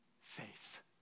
Faith